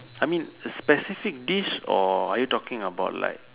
I mean specific dish or are you talking about like